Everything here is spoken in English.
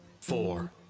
four